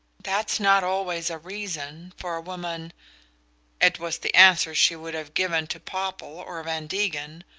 that's not always a reason, for a woman it was the answer she would have given to popple or van degen,